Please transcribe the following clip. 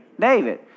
David